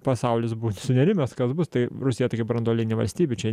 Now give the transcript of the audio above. pasaulis buvo sunerimęs kas bus tai rusija taigi branduolinė valstybė čia